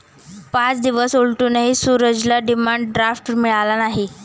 पाच दिवस उलटूनही सूरजला डिमांड ड्राफ्ट मिळाला नाही